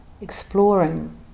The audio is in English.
exploring